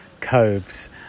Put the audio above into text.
coves